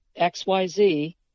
xyz